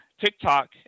TikTok